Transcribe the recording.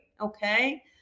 Okay